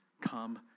Come